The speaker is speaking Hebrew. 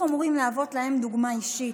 אנחנו אמורים להוות להם דוגמה אישית.